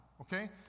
okay